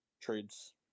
trades